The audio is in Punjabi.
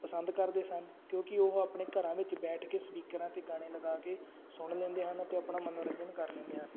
ਪਸੰਦ ਕਰਦੇ ਸਨ ਕਿਉਂਕਿ ਉਹ ਆਪਣੇ ਘਰਾਂ ਵਿੱਚ ਬੈਠ ਕੇ ਸਪੀਕਰਾਂ 'ਤੇ ਗਾਣੇ ਲਗਾ ਕੇ ਸੁਣ ਲੈਂਦੇ ਹਨ ਅਤੇ ਆਪਣਾ ਮਨੋਰੰਜਨ ਕਰ ਲੈਂਦੇ ਹਨ